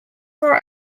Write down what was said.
were